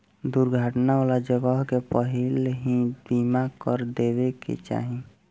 दुर्घटना वाला जगह के पहिलही बीमा कर देवे के चाही